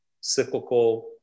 Cyclical